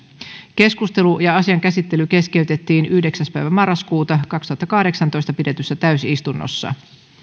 keskustelu ja asian käsittely keskeytettiin yhdeksäs yhdettätoista kaksituhattakahdeksantoista pidetyssä täysistunnossa